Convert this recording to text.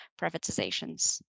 privatizations